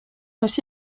aussi